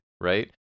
right